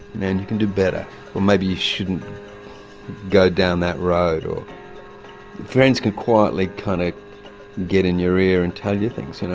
man, you can do better or, maybe you shouldn't go down that road. friends can quietly kind of get in your ear and tell you things. you know